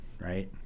right